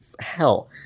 hell